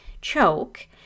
choke